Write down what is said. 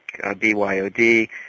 BYOD